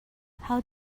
how